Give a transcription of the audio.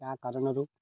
ତା' କାରଣରୁ